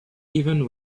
even